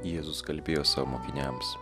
jėzus kalbėjo savo mokiniams